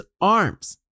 arms